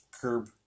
curb